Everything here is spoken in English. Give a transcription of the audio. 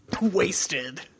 wasted